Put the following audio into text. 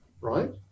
right